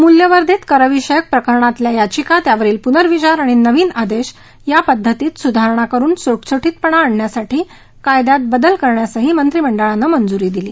मूल्यवर्धित करविषयक प्रकरणांतील याचिका त्यावरील प्नर्विचार आणि नवीन आदेश या पद्धतीत सुधारणा करून सुटसुटीतपणा आणण्यासाठी कायद्यात बदल करण्यासही मंत्रिमंडळानं मंजूरी दिली